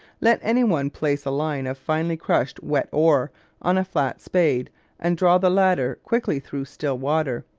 let any one place a line of finely-crushed wet ore on a flat spade and draw the latter quickly through still water,